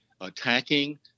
attacking